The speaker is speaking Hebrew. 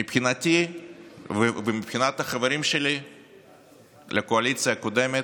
מבחינתי ומבחינת החברים שלי לקואליציה הקודמת,